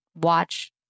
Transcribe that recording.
watch